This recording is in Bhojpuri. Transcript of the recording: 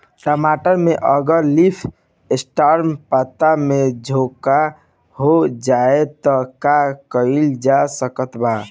टमाटर में अगर लीफ स्पॉट पता में झोंका हो जाएँ त का कइल जा सकत बा?